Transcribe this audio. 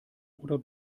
oder